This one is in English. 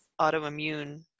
autoimmune